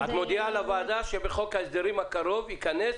את מודיעה לוועדה שבחוק ההסדרים הקרוב זה יכנס,